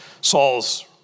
Saul's